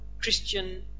Christian